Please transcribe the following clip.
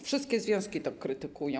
Wszystkie związki go krytykują.